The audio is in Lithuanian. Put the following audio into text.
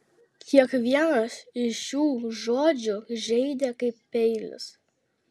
kiekvienas iš šių žodžių žeidė kaip peilis